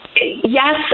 Yes